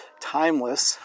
timeless